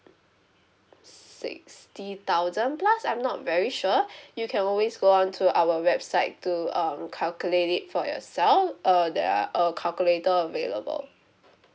sixty thousand plus I'm not very sure you can always go on to our website to um calculate it for yourself uh there are a calculator available